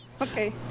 Okay